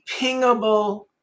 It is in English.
pingable